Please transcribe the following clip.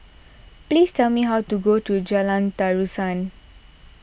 please tell me how to get to Jalan Terusan